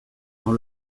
dans